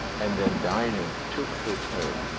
and then dinah took her turn,